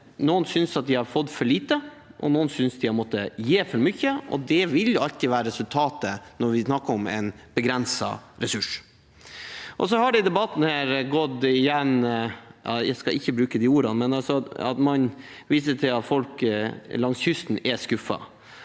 noen synes de har fått for lite, og noen synes de har måttet gi for mye, og det vil alltid være resultatet når vi snakker om en begrenset ressurs. I debatten har det gått igjen – uten at jeg skal bruke de samme ordene – at man viser til at folk langs kysten er skuffet.